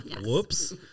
Whoops